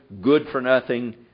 good-for-nothing